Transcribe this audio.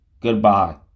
goodbye